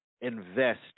invest